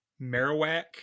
Marowak